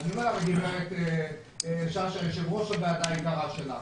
אני אומר לך גברת שאשא ביטון יושבת-ראש הוועדה היקרה שלנו,